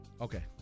Okay